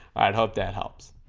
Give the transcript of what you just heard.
i'd hope that helps